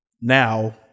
now